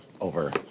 over